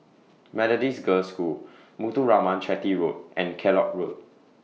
Methodist Girls' School Muthuraman Chetty Road and Kellock Road